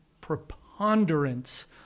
preponderance